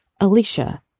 Alicia